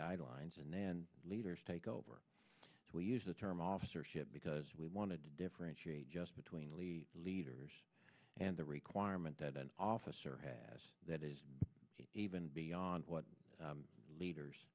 guidelines and then leaders take over we use the term officer ship because we want to differentiate just between really leaders and the requirement that an officer has that is even beyond what leaders